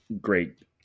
great